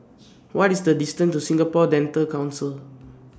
What IS The distance to Singapore Dental Council